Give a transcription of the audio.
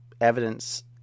evidence